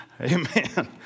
Amen